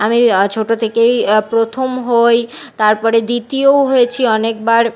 আমি ছোট থেকেই প্রথম হই তার পরে দ্বিতীয়ও হয়েছি অনেকবার